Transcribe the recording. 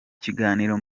kiganiro